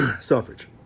Suffrage